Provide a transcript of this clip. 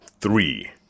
three